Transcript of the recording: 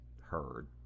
heard